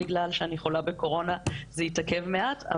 בגלל שאני חולה בקורונה זה התעכב מעט -- שתהיי בריאה.